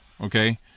okay